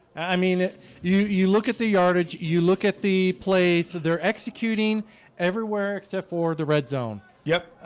i mean you you look at the yardage you look at the plate. so they're executing everywhere except for the red zone yep,